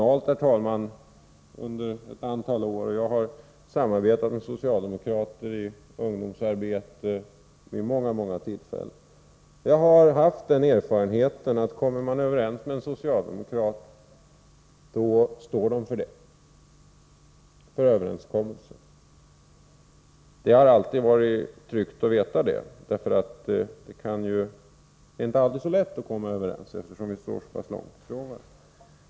Jag har arbetat kommunalt under ett antal år och jag har samarbetat med socialdemokrater i ungdomsarbete vid många, många tillfällen. Jag har haft den erfarenheten att om man kommer överens med en socialdemokrat står han fast vid den överenskommelsen. Det har alltid varit tryggt att veta detta, för det är inte alltid så lätt att komma överens eftersom vi står så pass långt ifrån varandra.